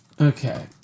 Okay